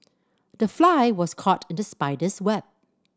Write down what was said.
the fly was caught in the spider's web